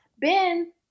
Ben